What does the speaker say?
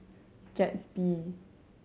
Gatsby